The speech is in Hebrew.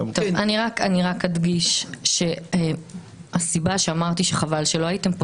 אני רק אדגיש שהסיבה שאמרתי שחבל שלא הייתם פה,